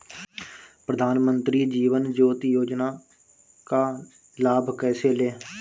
प्रधानमंत्री जीवन ज्योति योजना का लाभ कैसे लें?